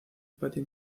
patio